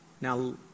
Now